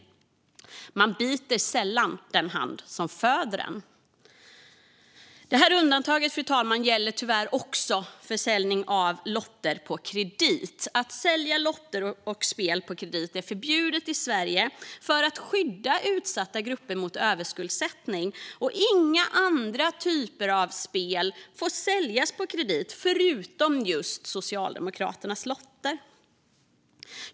Man biter sällan den hand som föder en. Detta undantag gäller tyvärr också försäljning av lotter på kredit. Att sälja lotter och spel på kredit är förbjudet i Sverige för att skydda utsatta grupper mot överskuldsättning. Och inga andra typer av spel får säljas på kredit, förutom just Socialdemokraternas lotter.